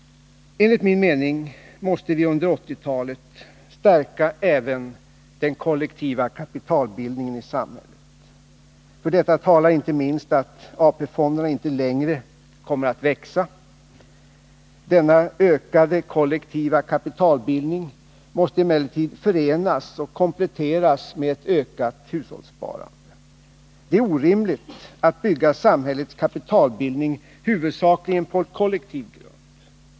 Enligt min mening måste vi under 1980-talet stärka även den kollektiva kapitalbildningen i samhället. För detta talar inte minst att AP-fonderna inte längre kommer att växa. Denna ökade kollektiva kapitalbildning måste emellertid förenas och kompletteras med ett ökat hushållssparande. Det är orimligt att bygga samhällets kapitalbildning huvudsakligen på kollektiv grund.